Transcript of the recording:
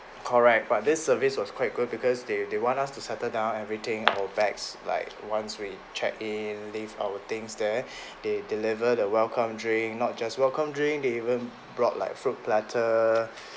correct but this service was quite good because they they want us to settle down everything our bags like once we check-in leave our things there they deliver the welcome drink not just welcome drink they even brought like fruit platter